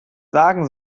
sagen